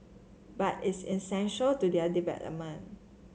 but it's essential to their development